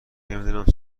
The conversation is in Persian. نمیدونم